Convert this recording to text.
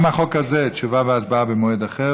גם לחוק הזה תשובה והצבעה במועד אחר,